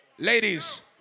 Ladies